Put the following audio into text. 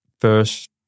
first